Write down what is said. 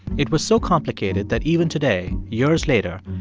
it was so complicated that even today, years later,